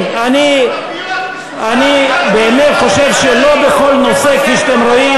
אני לא חושב שיש משמעת קואליציונית או סיעתית.